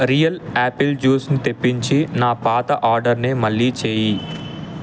real apple జూస్ను తెప్పించి నా పాత ఆడర్ని మళ్ళీ చెయ్యి